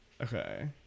Okay